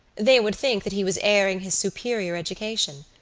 they would think that he was airing his superior education.